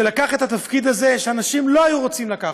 שלקח את התפקיד הזה שאנשים לא היו רוצים לקחת,